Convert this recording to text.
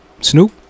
Snoop